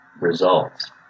results